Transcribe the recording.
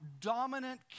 dominant